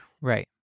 Right